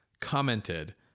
commented